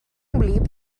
wlyb